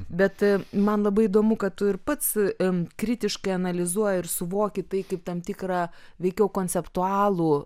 bet man labai įdomu kad tu ir pats kritiškai analizuoji ir suvoki tai kaip tam tikrą veikiau konceptualų